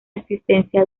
existencia